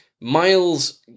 Miles